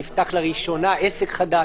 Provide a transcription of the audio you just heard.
נפתח לראשונה עסק חדש?